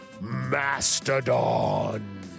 Mastodon